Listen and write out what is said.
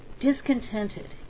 discontented